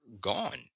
gone